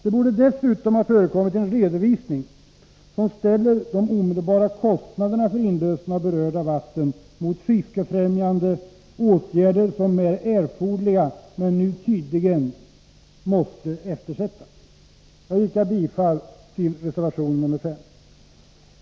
Det borde dessutom ha förekommit en redovisning som ställer de omedelbara kostnaderna för inlösen av berörda vatten mot fiskefrämjande åtgärder som är erforderliga, men som nu tydligen måste eftersättas. Jag yrkar bifall till reservation 5.